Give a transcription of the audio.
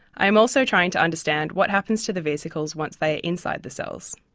i am also trying to understand what happens to the vesicles once they are inside the cells.